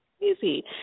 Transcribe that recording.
easy